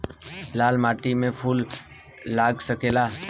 लाल माटी में फूल लाग सकेला?